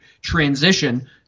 transition